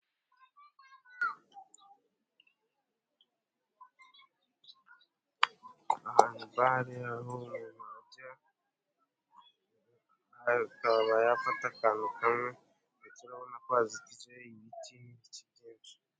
Aha ni bare aho umuntu ajya akaba yafata akantu kamwe. Ndetse urabona ko hazitije ibiti byinshi.